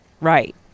Right